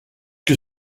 que